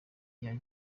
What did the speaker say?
iya